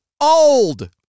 old